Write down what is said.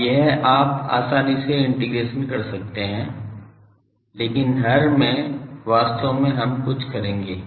अब यह आप आसानी से इंटीग्रेशन कर सकते हैं लेकिन हर में वास्तव में हम कुछ करेंगे